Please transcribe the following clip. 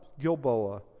Gilboa